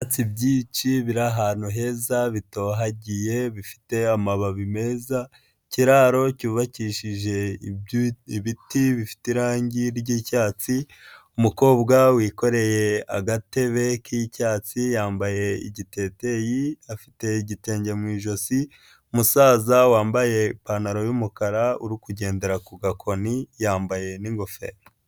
Ibiti byinshi biri ahantu heza bitohagiye bifite amababi meza ikiraro cyubakishije ibitifite irangi ry'cyatsi umukobwa wikoreye agatebe k'icyatsi yambaye igiteteyi afite igitenge mu ijosi, musaza wambaye ipantaro y'umukara uri kugendera ku gakoni yambaye n'ingofero.